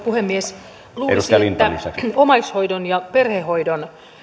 puhemies luulisi että omaishoidon ja perhehoidon